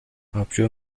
آبجو